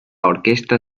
orquesta